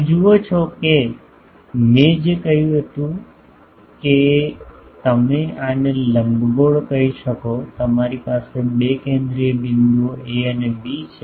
તમે જુઓ છો કે મેં જે કહ્યું હતું તે છે કે તમે આને લંબગોળ કહી શકો કે તમારી પાસે બે કેન્દ્રીય બિંદુઓ A અને B છે